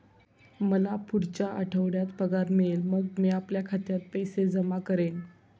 मला पुढच्या आठवड्यात पगार मिळेल मग मी आपल्या खात्यात पैसे जमा करेन